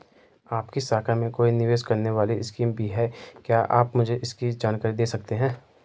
आपकी शाखा में कोई निवेश करने वाली स्कीम भी है क्या आप मुझे इसकी जानकारी दें सकते हैं?